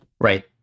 Right